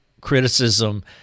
criticism